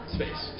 Space